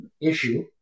issue